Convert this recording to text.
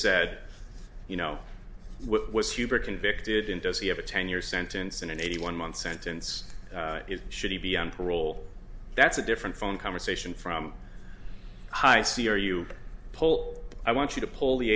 said you know what was hubert convicted and does he have a ten year sentence and an eighty one month sentence should he be on parole that's a different phone conversation from hi c r u poll i want you to pull the